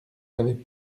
avaient